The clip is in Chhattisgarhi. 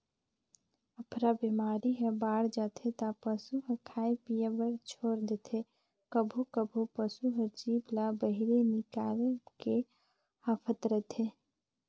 अफरा बेमारी ह बाड़ जाथे त पसू ह खाए पिए बर छोर देथे, कभों कभों पसू हर जीभ ल बहिरे निकायल के हांफत रथे